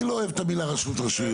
אני לא אוהב את המילה רשות רשויות.